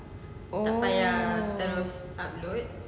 oh